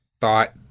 thought